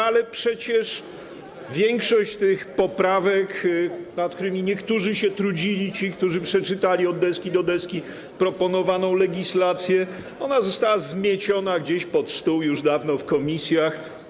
Ale przecież większość tych poprawek, nad którymi niektórzy się trudzili - ci, którzy przeczytali od deski do deski proponowaną legislację - została zmieciona gdzieś pod stół już dawno w komisjach.